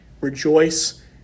rejoice